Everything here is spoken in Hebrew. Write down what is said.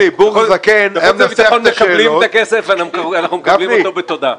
אנחנו מקבלים את הכסף בתודה.